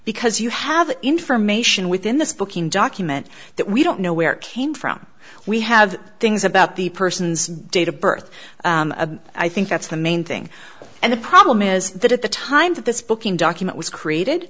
because you have information within this booking document that we don't know where it came from we have things about the person's date of birth i think that's the main thing and the problem is that at the time that this booking document was created